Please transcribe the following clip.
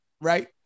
right